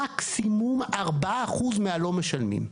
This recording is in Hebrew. מקסימום 4% מהלא משלמים.